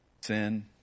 Sin